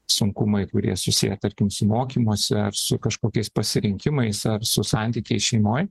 sunkumai kurie susiję tarkim su mokymosi ar su kažkokiais pasirinkimais ar su santykiais šeimoj